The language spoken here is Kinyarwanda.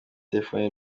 telefoni